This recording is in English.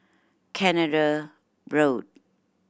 Canada Road